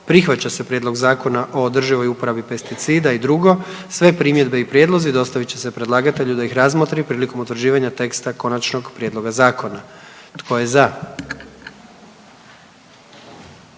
uslugama informacijskog društva (TRIS) i drugo, sve primjedbe i prijedlozi dostavit će se predlagatelju da ih razmotri prilikom utvrđivanja teksta konačnog prijedloga zakona. Tko je za?